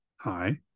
Hi